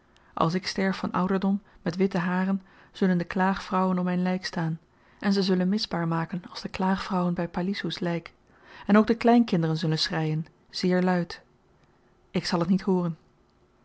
als ik sterf van ouderdom met witte haren zullen de klaagvrouwen om myn lyk staan en zy zullen misbaar maken als de klaagvrouwen by pa lisoes lyk en ook de kleinkinderen zullen schreien zeer luid ik zal t niet hooren